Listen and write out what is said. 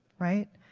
right?